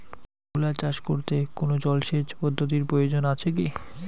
মূলা চাষ করতে কোনো জলসেচ পদ্ধতির প্রয়োজন আছে কী?